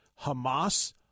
Hamas